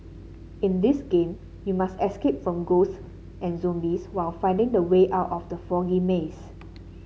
in this game you must escape from ghosts and zombies while finding the way out of the foggy maze